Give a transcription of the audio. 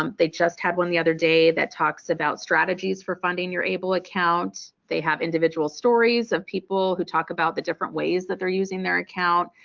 um they just had one the other day that talks about strategies for funding your able account, they have individual stories of people who talk about the different ways that they're using their account.